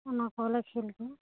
ᱚᱱᱟ ᱠᱚᱦᱚᱸ ᱞᱮ ᱠᱷᱮᱞ ᱜᱮᱭᱟ